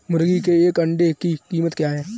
मुर्गी के एक अंडे की कीमत क्या है?